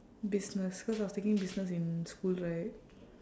business cause I was taking business in school right